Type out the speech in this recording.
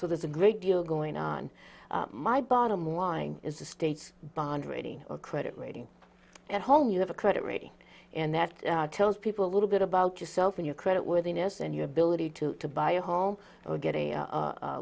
so there's a great deal going on my bottom line is the state's bond rating your credit rating at home you have a credit rating and that tells people a little bit about yourself and your credit worthiness and you ability to to buy a home oh get a